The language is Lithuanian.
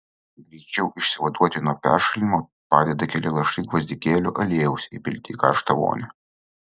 greičiau išsivaduoti nuo peršalimo padeda keli lašai gvazdikėlių aliejaus įpilti į karštą vonią